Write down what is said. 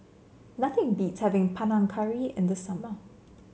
nothing beats having Panang Curry in the summer